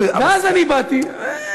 ואז אני באתי, ואתה יודע.